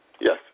Yes